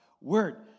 word